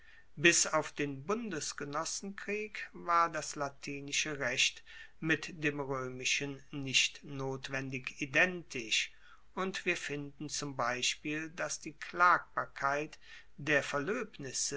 bis auf den bundesgenossenkrieg war das latinische recht mit dem roemischen nicht notwendig identisch und wir finden zum beispiel dass die klagbarkeit der